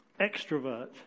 extrovert